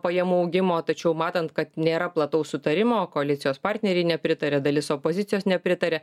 pajamų augimo tačiau matant kad nėra plataus sutarimo o koalicijos partneriai nepritaria dalis opozicijos nepritaria